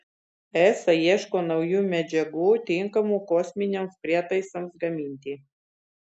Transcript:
esa ieško naujų medžiagų tinkamų kosminiams prietaisams gaminti